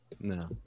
no